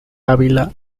ávila